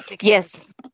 Yes